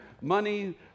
money